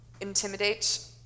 intimidate